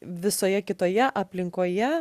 visoje kitoje aplinkoje